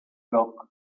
flock